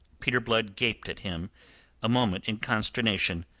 peter blood gaped at him a moment in consternation.